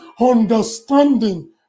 understanding